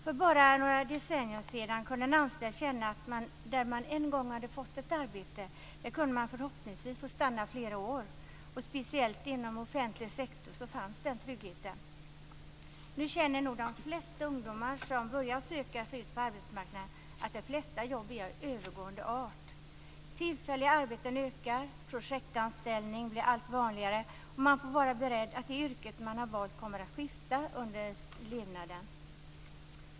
För bara några decennier sedan kunde en anställd känna att där man en gång hade fått ett arbete kunde man förhoppningsvis få stanna i flera år. Speciellt inom den offentliga sektorn fanns den tryggheten. Nu känner nog de flesta ungdomar som börjar söka sig ut på arbetsmarknaden att de flesta jobb är av övergående art. Antalet tillfälliga arbeten ökar. Projektanställning blir allt vanligare, och man får vara beredd på att skifta yrke under levnaden.